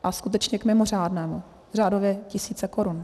A skutečně k mimořádnému, řádově tisíce korun.